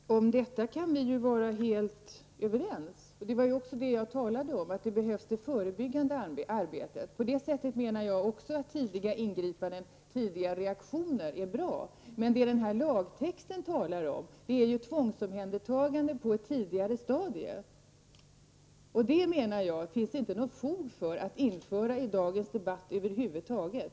Herr talman! Om detta kan vi vara helt överens. Jag talade också om att det behövs förebyggande arbete. Jag menar att tidiga ingripanden och tidiga reaktioner är bra. Men i den här lagtexten talas om tvångsomhändertagande på ett tidigare stadium. Jag menar att det inte finns något fog för att föra in det i debatten över huvud taget.